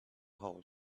hole